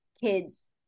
kids